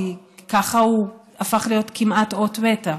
כי ככה הוא הפך להיות כמעט אות מתה,